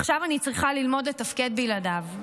עכשיו אני צריכה ללמוד לתפקד בלעדיו.